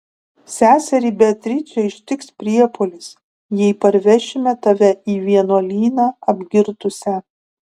seserį beatričę ištiks priepuolis jei parvešime tave į vienuolyną apgirtusią